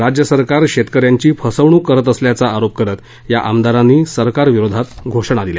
राज्य सरकार शेतकऱ्याची फसवणूक करीत असल्याचा आरोप करत या आमदारांनी सरकार विरोधात घोषणा दिल्या